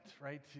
right